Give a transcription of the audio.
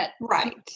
Right